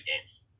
games